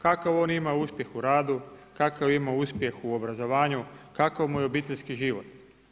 Kakav on ima uspjeh u radu, kakav ima uspjeh u obrazovanju, kakav mu je obiteljski život?